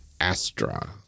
Astra